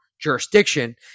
jurisdiction